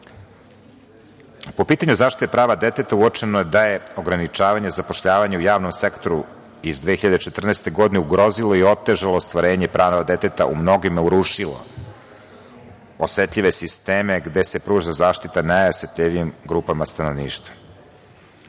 pitanju zaštite prava deteta uočeno je da je ograničavanje zapošljavanja u javnom sektoru iz 2014. godine ugrozilo i otežalo ostvarenje prava deteta u mnogima urušilo osetljive sisteme gde se pruža zaštita najosetljivijim grupama stanovništva.